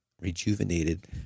rejuvenated